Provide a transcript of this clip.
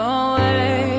away